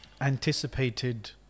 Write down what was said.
anticipated